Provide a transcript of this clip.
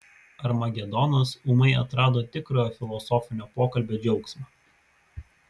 armagedonas ūmai atrado tikrojo filosofinio pokalbio džiaugsmą